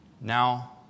Now